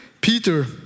Peter